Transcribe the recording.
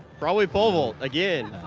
probably pole vault again.